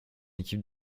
équipe